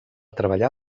treballar